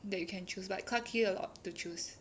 that you can choose but clarke quay a lot